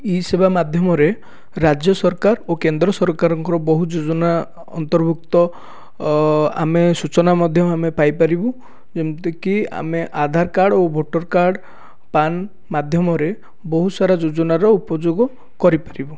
ଇ ସେବା ମାଧ୍ୟମରେ ରାଜ୍ୟ ସରକାର ଓ କେନ୍ଦ୍ର ସରକାରଙ୍କର ବହୁତ ଯୋଜନା ଅନ୍ତର୍ଭୁକ୍ତ ଆମେ ସୂଚନା ମଧ୍ୟ ଆମେ ପାଇପାରିବୁ ଯେମିତିକି ଆମେ ଆଧାର କାର୍ଡ ଓ ଭୋଟର କାର୍ଡ ପାନ ମାଧ୍ୟମରେ ବହୁତ ସାରା ଯୋଜନାର ଉପଯୋଗ କରିପାରିବୁ